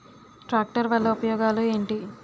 Tractor వల్ల ఉపయోగాలు ఏంటీ?